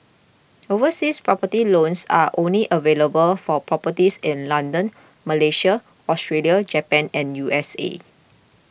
overseas property loans are only available for properties in London Malaysia Australia Japan and U S A